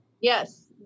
Yes